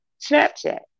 Snapchat